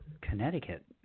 Connecticut